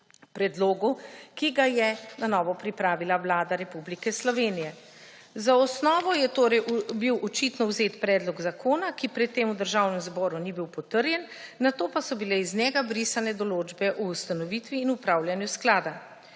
predlogu, ki ga je na novo pripravila Vlada Republike Slovenije. Za osnovo je bil torej očitno vzet predlog zakona, ki pred tem v Državnemu zboru ni bil potrjen, nato pa so bile iz njega brisane določbe o ustanovitvi in upravljanju sklada.